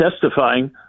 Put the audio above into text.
testifying